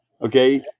Okay